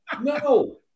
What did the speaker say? No